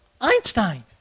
Einstein